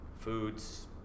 foods